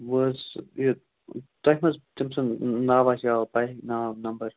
وٕ حظ یہِ تۄہہِ مہ حظ تٔمۍ سُنٛد ناوا شاوا پاے ناو نمبر